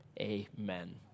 Amen